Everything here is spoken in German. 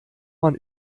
man